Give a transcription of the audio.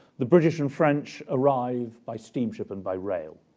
the british and french arrive by steamship and by rail.